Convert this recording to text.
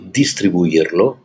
distribuirlo